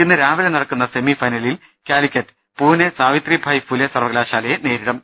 ഇന്ന് രാവിലെ നടക്കുന്ന സെമിഫൈനലിൽ കാലിക്കറ്റ് പൂനെ സാവിത്രി ഭായ് ഫുലെ സർവകലാശാലയെ നേരിടും